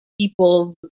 people's